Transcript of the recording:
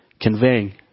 conveying